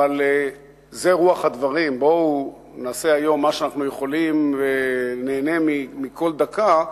אבל זו רוח הדברים: בואו נעשה היום מה שאנחנו יכולים וניהנה מכל דקה,